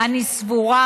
אני סבורה,